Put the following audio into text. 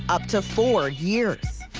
up to four years.